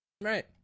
Right